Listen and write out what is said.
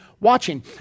watching